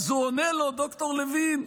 אז הוא עונה לו, ד"ר לוין: